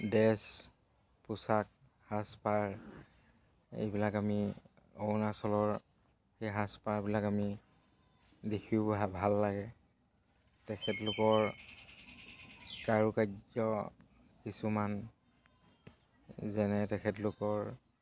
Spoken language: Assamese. ড্ৰেছ পোছাক সাজপাৰ এইবিলাক আমি অৰুণাচলৰ সেই সাজপাৰবিলাক আমি দেখিও ভাল লাগে তেখেতলোকৰ কাৰুকাৰ্য কিছুমান যেনে তেখেতলোকৰ